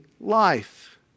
life